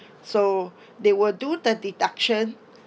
so they will do the deduction